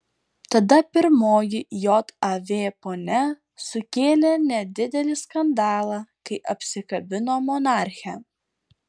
tada pirmoji jav ponia sukėlė nedidelį skandalą kai apsikabino monarchę